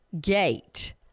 Gate